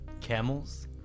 Camels